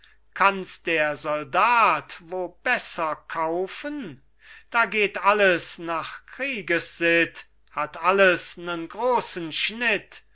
kanus der soldat wo besser kaufen da geht alles nach kriegessitt hat alles nen großen schnitt